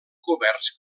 coberts